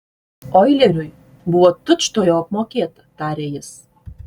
oileriui buvo tučtuojau apmokėta tarė jis